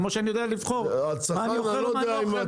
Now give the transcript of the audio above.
כמו שאני יודע לבחור מה אני אוכל ומה אני לא אוכל,